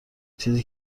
چیزی